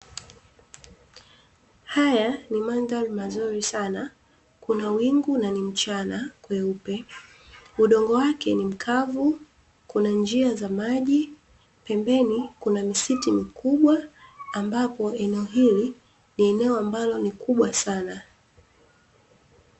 Haya ni mandhari mazuri sana. Kuna wingu na ni mchana kweupe, udongo wake ni mkavu, kuna njia za maji, pembeni kuna misitu mikubwa; ambapo eneo hili ni eneo ambalo ni kubwa sana.